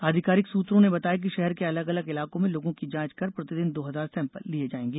आधिकारिक सूत्रों ने बताया कि शहर के अलग अलग इलाकों में लोगों की जांच कर प्रतिदिन दो हजार सेंपल लिये जाएंगे